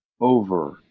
over